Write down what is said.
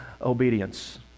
obedience